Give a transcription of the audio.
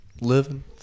living